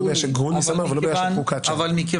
בגלל שגרוניס אמר ולא בגלל שפרוקצ'יה אמרה.